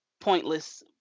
pointless